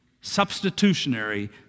substitutionary